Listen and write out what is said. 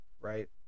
right